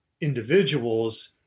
individuals